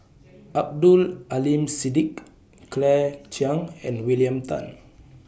Abdul Aleem Siddique Claire Chiang and William Tan